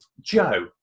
Joe